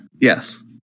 Yes